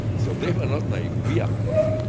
so they are not naive. we are naive